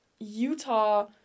Utah